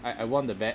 I I won the bet